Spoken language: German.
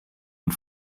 und